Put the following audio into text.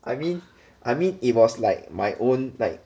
I mean I mean it was like my own like